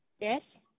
Yes